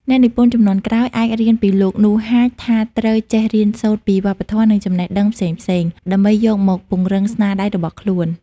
អ្នកនិពន្ធជំនាន់ក្រោយអាចរៀនពីលោក នូ ហាច ថាត្រូវចេះរៀនសូត្រពីវប្បធម៌ និងចំណេះដឹងផ្សេងៗ ដើម្បីយកមកពង្រឹងស្នាដៃរបស់ខ្លួន។